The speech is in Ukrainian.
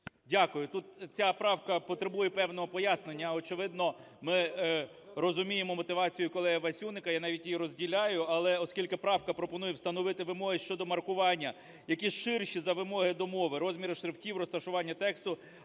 Дякую. Тут ця правка потребує певного пояснення. Очевидно, ми розуміємо мотивацію колеги Васюника, я навіть її розділяю, але оскільки правка пропонує встановити вимоги щодо маркування, які ширші за вимоги до мови, розміру штифтів, розташування тексту,